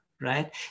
right